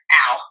ow